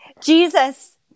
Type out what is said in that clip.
Jesus